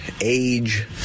age